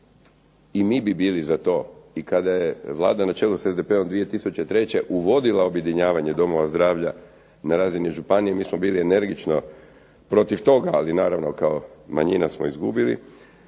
I mi bi bili za to i kada je Vlada na čelu sa SDP-om 2003. uvodila objedinjavanje domova zdravlja na razini županije mi smo bili energično protiv toga. Ali naravno kao manjina smo izgubili